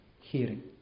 hearing